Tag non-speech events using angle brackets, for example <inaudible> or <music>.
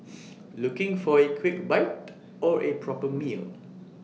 <noise> looking for A quick bite or A proper meal